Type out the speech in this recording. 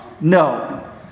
No